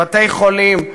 בתי-חולים,